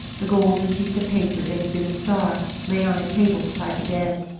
the golden piece of paper that had been the star lay on a table beside the bed,